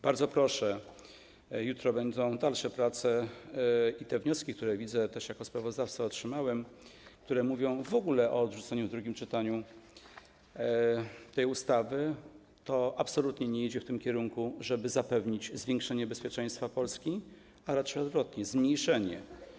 Bardzo proszę, jutro będą dalsze prace i te wnioski, które, widzę, otrzymałem jako sprawozdawca, które mówią w ogóle o odrzuceniu w drugim czytaniu tej ustawy, to absolutnie nie idzie w tym kierunku, żeby zapewnić zwiększenie bezpieczeństwa Polski, a raczej odwrotnie - zmniejszenie.